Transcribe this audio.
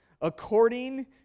according